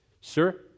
Sir